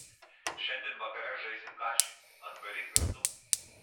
šiandien vakare žaisim kašį atvaryk ir tu